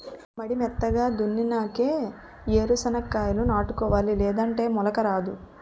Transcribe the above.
మడి మెత్తగా దున్నునాకే ఏరు సెనక్కాయాలు నాటుకోవాలి లేదంటే మొలక రాదు